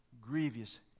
grievous